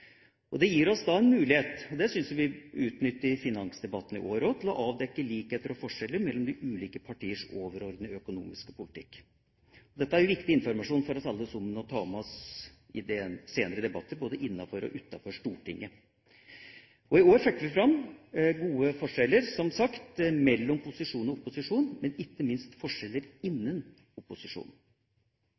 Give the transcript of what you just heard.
Det gir oss da en mulighet – det syns jeg vi utnytter i finansdebatten i år også – til å avdekke likheter og forskjeller mellom de ulike partiers overordnede økonomiske politikk. Dette er viktig informasjon som vi alle må ta med oss til senere debatter både innenfor og utenfor Stortinget. I år fikk vi fram gode forskjeller, som sagt, mellom posisjon og opposisjon, men ikke minst forskjeller innen opposisjonen.